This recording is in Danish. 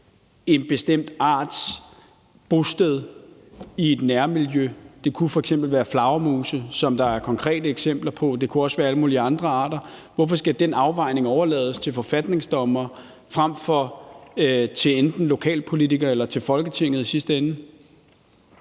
en bestemt arts bosted i et nærmiljø, det kunne f.eks. være flagermus, som der er konkrete eksempler på, og det kunne også være alle mulige andre arter. Hvorfor skal den afvejning overlades til forfatningsdommere frem for til enten lokalpolitikere eller i sidste ende